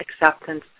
acceptance